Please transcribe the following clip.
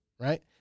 right